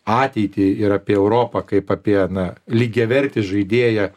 ateitį ir apie europą kaip apie na lygiavertį žaidėją